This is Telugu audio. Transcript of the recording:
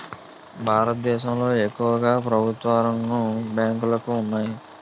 భారతదేశంలో ఎక్కువుగా ప్రభుత్వరంగ బ్యాంకులు ఉన్నాయి